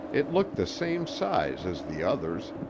it looked the same size as the others,